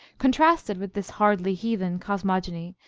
contrasted with this hardly heathen cosmogony,